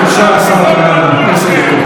די, די, כמה תגידו, פה היה שינוי.